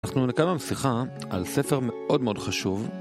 אנחנו נקיים היום שיחה על ספר מאוד מאוד חשוב